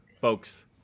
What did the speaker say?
folks